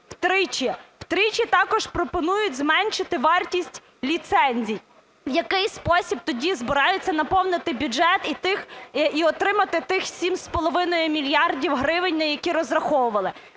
втричі. Втричі також пропонують зменшити вартість ліцензій. В якій спосіб тоді збираються наповнити бюджет і отримати тих 7,5 мільярда гривень, на які розраховували.